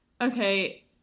okay